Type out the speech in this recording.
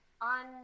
on